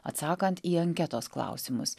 atsakant į anketos klausimus